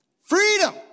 freedom